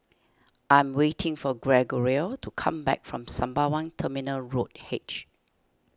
I'm waiting for Gregorio to come back from Sembawang Terminal Road H